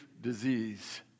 disease